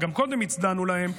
וגם קודם הצדענו להם,